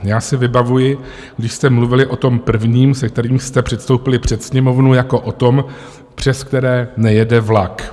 Já si vybavuji, když jste mluvili o tom prvním, se kterým jste předstoupili před Sněmovnu, jako o tom, přes které nejede vlak.